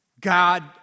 God